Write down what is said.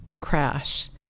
crash